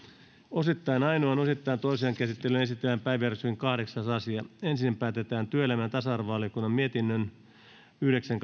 osittain toiseen käsittelyyn esitellään päiväjärjestyksen kahdeksas asia ensin päätetään työelämä ja tasa arvovaliokunnan mietinnön yhdeksän